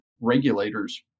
regulators